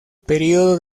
periodo